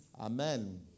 Amen